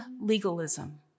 legalism